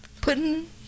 pudding